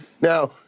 Now—